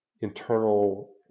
internal